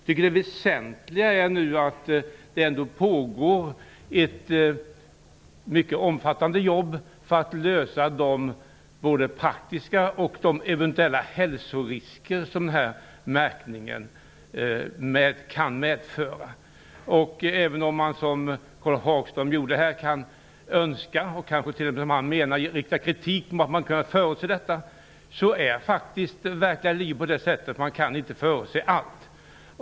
Det väsentliga är nu, anser jag, att det ändå pågår ett mycket omfattande jobb för att både lösa praktiska problem och undanröja de eventuella hälsorisker som märkningen kan medföra. Även om man, som Karl Hagström gjorde här, kan önska och kanske t.o.m., som han menar, rikta kritik mot att problemen inte hade kunnat förutses, är det faktiskt på det sättet i det verkliga livet att man inte kan förutse allt.